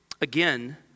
Again